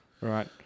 Right